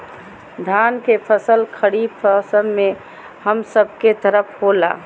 धान के फसल खरीफ मौसम में हम सब के तरफ होला